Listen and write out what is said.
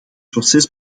proces